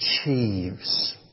achieves